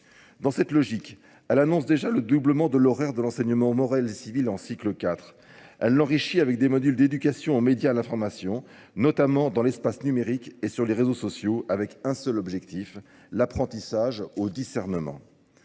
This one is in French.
Dans cette logique, elle annonce déjà le doublement de l'horaire de l'enseignement moral et civil en cycle 4. Elle l'enrichit avec des modules d'éducation en médias à l'information, notamment dans l'espace numérique et sur les réseaux sociaux, avec un seul objectif, l'apprentissage au discernement.